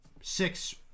six